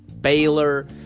Baylor